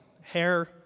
hair